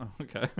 Okay